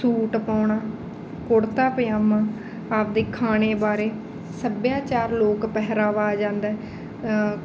suit ਪਾਉਣਾ ਕੁੜਤਾ ਪਜਾਮਾ ਆਪਦੇ ਖਾਣੇ ਬਾਰੇ ਸੱਭਿਆਚਾਰ ਲੋਕ ਪਹਿਰਾਵਾ ਆ ਜਾਂਦਾ